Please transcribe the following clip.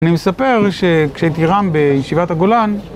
אני מספר שכשהייתי רב בישיבת הגולן